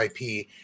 IP